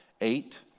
Eight